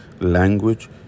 language